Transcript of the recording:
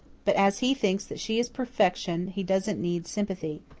but as he thinks that she is perfection he doesn't need sympathy.